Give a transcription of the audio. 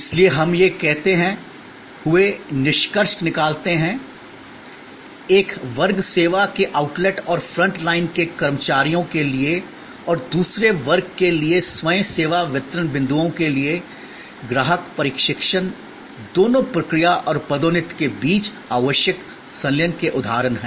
इसलिए हम यह कहते हुए निष्कर्ष निकालते हैं कि एक वर्ग सेवा के आउटलेट और फ्रंट लाइन के कर्मचारियों के लिए और दूसरे वर्ग के लिए स्वयं सेवा वितरण बिंदुओं के लिए ग्राहक प्रशिक्षण दोनों प्रक्रिया और पदोन्नति के बीच आवश्यक संलयन के उदाहरण हैं